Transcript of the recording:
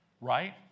right